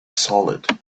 solid